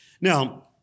Now